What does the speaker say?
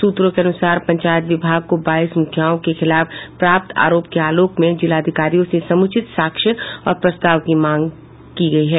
सुत्रों के अनुसार पंचायत विभाग को बाईस मुखियाओं के खिलाफ प्राप्त आरोप के आलोक में जिलाधिकारियों से समुचित साक्ष्य और प्रस्ताव की मांगी गयी है